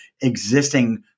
existing